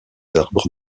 arbres